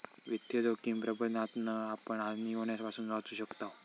वित्तीय जोखिम प्रबंधनातना आपण हानी होण्यापासना वाचू शकताव